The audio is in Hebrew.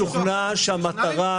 התקנות,